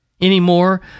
Anymore